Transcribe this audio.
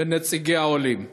ונציגי העולים.